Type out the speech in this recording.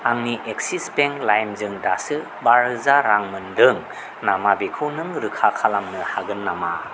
आंनि Axis Bank लाइमजों दासो बा रोजा रां मोनदों नामा बेखौ नों रोखा खालामनो हागोन नामा